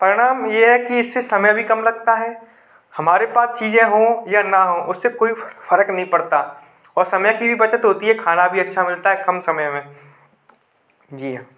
परिणाम ये है कि इससे समय भी कम लगता है हमारे पास चीजें हों या ना हों उससे कोई फ़र्क नहीं पड़ता और समय की भी बचत होती है खाना भी अच्छा मिलता है कम समय में जी हाँ